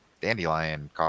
dandelion